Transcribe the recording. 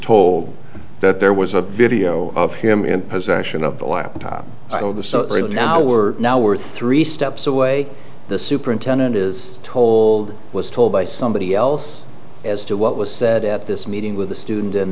told that there was a video of him in possession of the laptop the so early now we're now we're three steps away the superintendent is told was told by somebody else as to what was said at this meeting with the student and